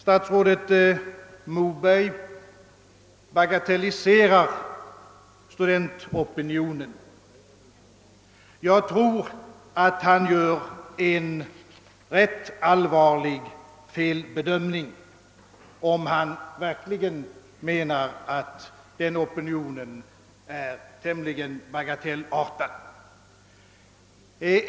Statsrådet Moberg bagatelliserar här studentopinionen, men jag anser att han gör sig skyldig till en ganska allvarlig felbedömning, om han menar att den opinionen är tämligen bagatellartad.